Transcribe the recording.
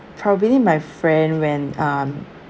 probably my friend when um